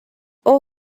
اوه